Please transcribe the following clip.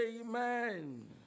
Amen